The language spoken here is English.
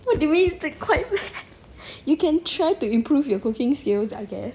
what do you mean it's like quite bad you can try to improve your cooking skills I guess